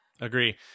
agree